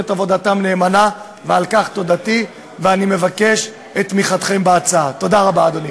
שייתן אפשרות למי שירצה לשמור על הכסף שלו צמוד ביחס למדד המגורים,